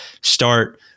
start